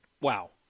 Wow